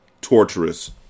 torturous